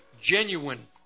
genuine